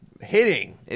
hitting